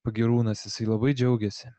pagyrūnas jisai labai džiaugiasi